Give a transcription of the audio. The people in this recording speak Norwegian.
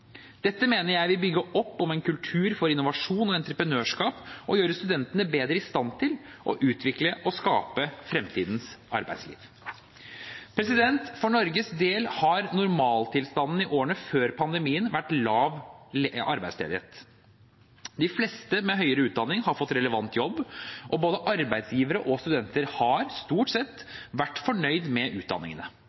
Dette mener jeg vil bygge opp om en kultur for innovasjon og entreprenørskap og gjøre studentene bedre i stand til å utvikle og skape fremtidens arbeidsliv. For Norges del har normaltilstanden i årene før pandemien vært lav arbeidsledighet. De fleste med høyere utdanning har fått relevant jobb, og både arbeidsgivere og studenter har – stort sett – vært fornøyd med utdanningene.